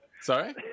Sorry